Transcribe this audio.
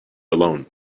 alone